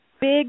big